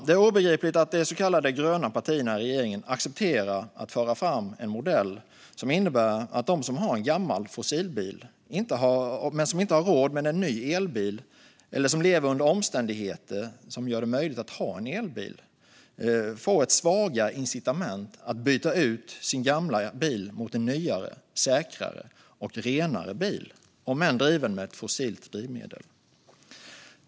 Det är obegripligt att de så kallade gröna partierna i regeringen accepterar att föra fram en modell som innebär att de som har en gammal fossilbil men inte har råd med en ny elbil eller inte lever under omständigheter som gör det möjligt att ha en elbil får ett svagare incitament att byta ut sin gamla bil mot en nyare, säkrare och renare bil, om än driven med fossilt drivmedel.